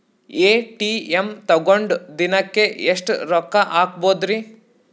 ATM ತಗೊಂಡ್ ದಿನಕ್ಕೆ ಎಷ್ಟ್ ರೊಕ್ಕ ಹಾಕ್ಬೊದ್ರಿ?